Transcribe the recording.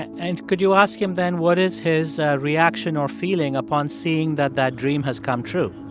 and could you ask him, then, what is his reaction or feeling upon seeing that that dream has come true?